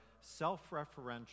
self-referential